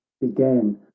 began